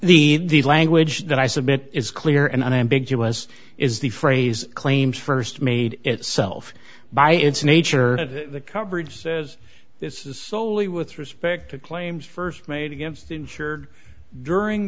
the the language that i submit is clear and unambiguous is the phrase claims st made itself by its nature of the coverage says this is solely with respect to claims st made against insured during